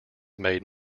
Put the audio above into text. made